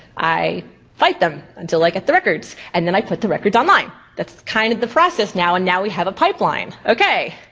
i fight them until i get the records and then i put the records online. that's kind of the process now and now we have a pipeline. okay,